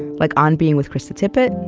like on being with krista tippett,